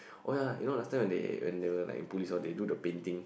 oh ya you know last time when they when they were like in police they do the painting